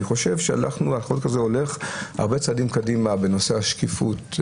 אני חושב שהחוק הזה הולך הרבה צעדים קדימה בנושא השקיפות,